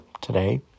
today